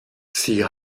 sie